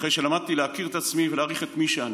אחרי שלמדתי להכיר את עצמי ולהעריך את מי שאני.